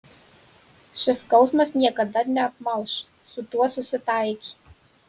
šis skausmas niekada neapmalš su tuo susitaikė